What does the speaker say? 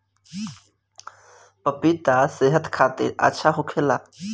पपिता सेहत खातिर अच्छा होखेला